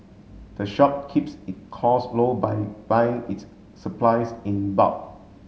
the shop keeps it cost low by buying its supplies in bulk